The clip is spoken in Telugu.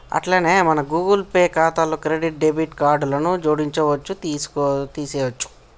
అట్లనే మన గూగుల్ పే ఖాతాలో క్రెడిట్ డెబిట్ కార్డులను జోడించవచ్చు తీసేయొచ్చు